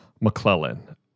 McClellan